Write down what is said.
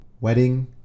wedding